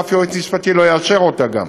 אף יועץ משפטי לא יאשר אותה גם.